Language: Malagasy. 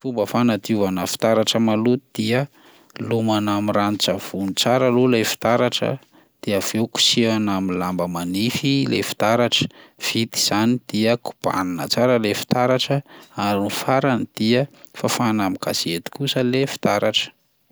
Fomba fanadiovana fitaratra maloto dia: lomana amin'ny ranon-tsavony tsara aloha lay fitaratra dia avy eo kosehana amin'ny lamba manify lay fitaratra, vita zany dia kobanina tsara lay fitaratra ary ny farany dia fafana amin'ny gazety kosa lay fitaratra.